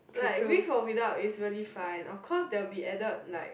like with or without is very fine of course there're be added like